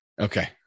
Okay